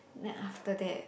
then after that